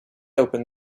open